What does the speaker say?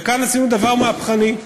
וכאן עשינו דבר מהפכני.